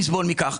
נסבול מכך.